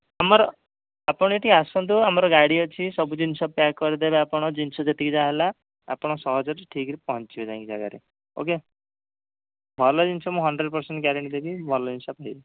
ଆମର ଆପଣ ଏଇଠି ଆସନ୍ତୁ ଆମର ଗାଡ଼ି ଅଛି ସବୁ ଜିନିଷ ପ୍ୟାକ୍ କରିଦେବା ଆପଣ ଜିନିଷ ଯେତିକି ଯାହା ହେଲା ଆପଣ ସହଜରେ ଠିକ୍ରେ ପହଞ୍ଚିବେ ଯାଇକି ଜାଗାରେ ଓ କେ ଭଲ ଜିନିଷ ମୁଁ ହଣ୍ଡ୍ରେଡ୍ ପର୍ସେଣ୍ଟ୍ ଗ୍ୟାରେଣ୍ଟି ଦେବି ଭଲ ଜିନିଷ ପାଇବେ